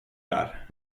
där